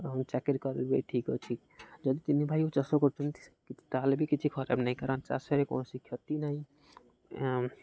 ଚାକିରି କରିବେ ଠିକ୍ ଅଛି ଯଦି ତିନି ଭାଇ ଚାଷ କରୁଛନ୍ତି ତାହେଲେ ବି କିଛି ଖରାପ ନାହିଁ କାରଣ ଚାଷରେ କୌଣସି କ୍ଷତି ନାହିଁ